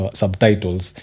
subtitles